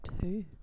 Two